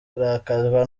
kurakazwa